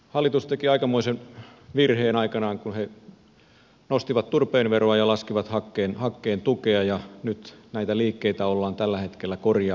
hallitus teki aikamoisen virheen aikanaan kun se nosti turpeen veroa ja laski hakkeen tukea ja nyt näitä liikkeitä ollaan tällä hetkellä korjaamassa